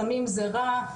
סמים זה רע',